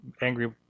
angry